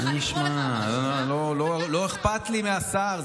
לקרוא לך לא אכפת לי מהשר,